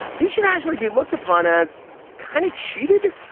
he should actually be looked upon as kind of cheated.